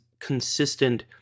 consistent